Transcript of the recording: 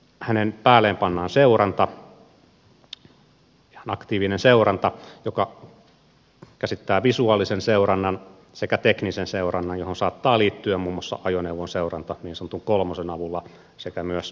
hänen päälleen pannaan seuranta ihan aktiivinen seuranta joka käsittää visuaalisen seurannan sekä teknisen seurannan johon saattavat liittyä muun muassa ajoneuvon seuranta niin sanotun kolmosen avulla sekä myös telekuuntelu